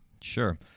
Sure